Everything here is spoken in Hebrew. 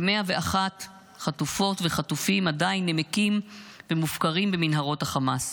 ו-101 חטופות וחטופים עדיין נמקים ומופקרים במנהרות החמאס.